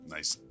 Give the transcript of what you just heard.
Nice